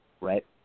right